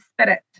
spirit